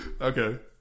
Okay